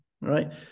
Right